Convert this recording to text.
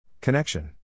Connection